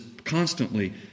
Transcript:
Constantly